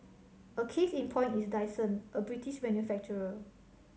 a case in point is Dyson a British manufacturer